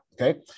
okay